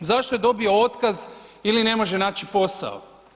Zašto je dobio otkaz ili ne može naći posao?